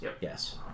Yes